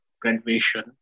graduation